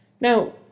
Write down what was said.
Now